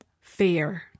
fear